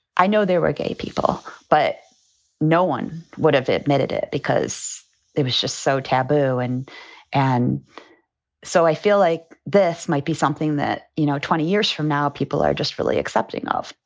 i know there were gay people, but no one would have admitted it because they was just so taboo. and and so i feel like this might be something that, you know, twenty years from now people are just really accepting of.